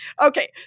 Okay